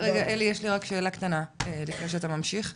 יש לי רק שאלה קטנה לפני שאתה ממשיך.